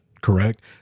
correct